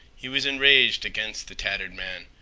he was enraged against the tattered man,